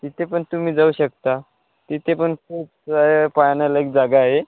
तिथे पण तुम्ही जाऊ शकता तिथे पण खूप पाहण्यालायक जागा आहे